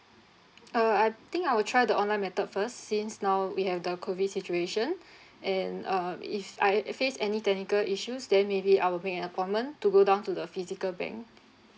uh I think I will try the online method first since now we have the COVID situation and um if I face any technical issues then maybe I will make an appointment to go down to the physical bank